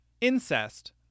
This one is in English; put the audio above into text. Incest